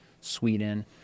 Sweden